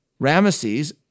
Ramesses